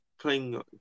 playing